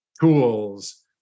tools